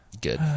Good